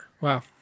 Wow